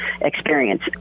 experience